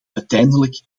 uiteindelijk